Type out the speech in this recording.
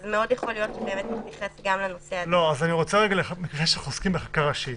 אז מאוד יכול להיות שיתייחס גם- -- כיוון שאנו עוסקים בחקיקה ראשית,